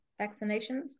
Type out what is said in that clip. vaccinations